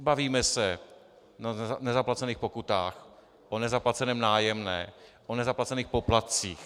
Bavíme se o nezaplacených pokutách, o nezaplaceném nájemném, o nezaplacených poplatcích.